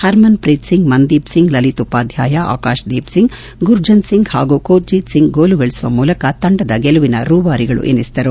ಹರ್ಮನ್ಪ್ರೀತ್ಸಿಂಗ್ ಮಂದೀಪ್ಸಿಂಗ್ ಲಲಿತ್ಉಪಾಧ್ಯಾಯ ಆಕಾಶ್ದೀಪ್ಸಿಂಗ್ ಗುರ್ಜಂತ್ಸಿಂಗ್ ಹಾಗೂ ಕೋತಜೀತ್ಸಿಂಗ್ ಗೋಲುಗಳಿಸುವ ಮೂಲಕ ತಂಡದ ಗೆಲುವಿನ ರೂವಾರಿಗಳೆನಿಸಿದರು